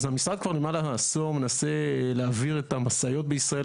אז המשרד כבר למעלה מעשור מנסה להעביר את המשאיות בישראל,